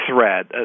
threat